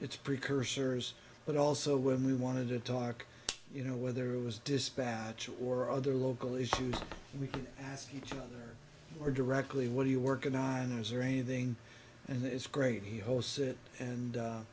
its precursors but also when we wanted to talk you know whether it was dispatch or other local issues we could ask each other or directly what are you working on those are a thing and it's great he hosts it and